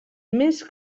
més